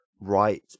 Right